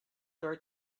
your